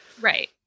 right